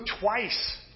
twice